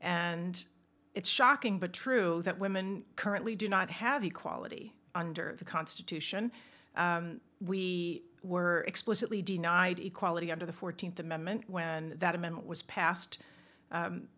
and it's shocking but true that women currently do not have equality under the constitution we were explicitly denied equality under the fourteenth amendment when that amendment was pas